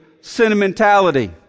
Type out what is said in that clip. sentimentality